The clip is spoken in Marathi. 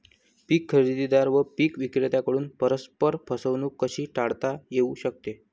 पीक खरेदीदार व पीक विक्रेत्यांकडून परस्पर फसवणूक कशी टाळता येऊ शकते?